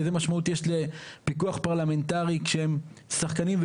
איזו משמעות יש לפיקוח פרלמנטרי כשהם שחקנים,